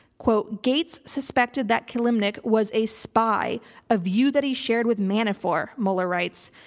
quote gates suspected that kilimnik was a spy a view that he shared with manafort mueller writes.